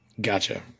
Gotcha